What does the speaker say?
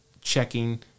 checking